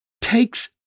takes